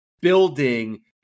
building